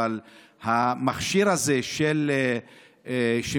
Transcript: אבל המכשיר הזה של שימוש,